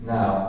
Now